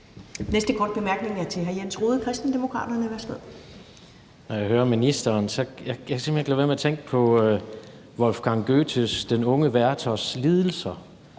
næste korte bemærkning er fra hr. Jens Rohde, Kristendemokraterne. Værsgo. Kl. 18:26 Jens Rohde (KD): Når jeg hører ministeren, kan jeg simpelt hen ikke lade være med at tænke på Wolfgang Goethes »Den unge Werthers lidelser«